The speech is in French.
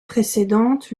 précédente